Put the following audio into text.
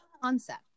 concept